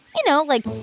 you know, like,